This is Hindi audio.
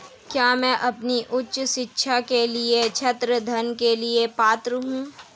क्या मैं अपनी उच्च शिक्षा के लिए छात्र ऋण के लिए पात्र हूँ?